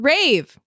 Rave